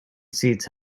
seats